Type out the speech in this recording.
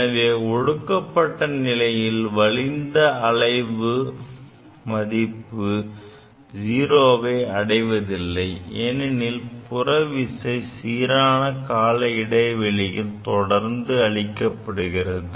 எனவே ஒடுக்கப்பட்ட நிலையில் வலிந்த அலைவு மதிப்பு 0வை அடைவதில்லை ஏனெனில் புற விசை சீரான கால இடைவெளியில் தொடர்ந்து அளிக்கப்படுகிறது